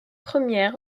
premier